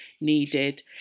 needed